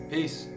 Peace